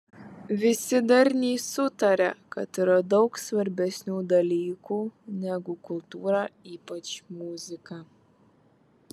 visi darniai sutaria kad yra daug svarbesnių dalykų negu kultūra ypač muzika